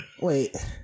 wait